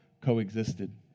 coexisted